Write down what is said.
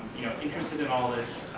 you know interested in all of this